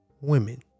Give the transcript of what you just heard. women